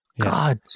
God